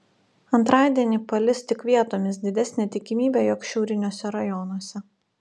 antradienį palis tik vietomis didesnė tikimybė jog šiauriniuose rajonuose